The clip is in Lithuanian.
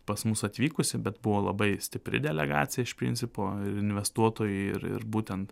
pas mus atvykusi bet buvo labai stipri delegacija iš principo investuotojai ir ir būtent